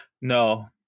no